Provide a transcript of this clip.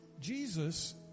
Jesus